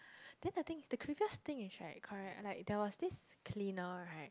then the thing is that the creepiest thing is right correct like there was this cleaner right